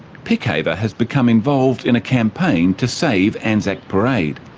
pickhaver has become involved in a campaign to save anzac parade.